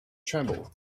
tremble